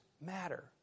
matter